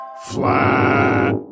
flat